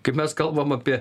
kaip mes kalbam apie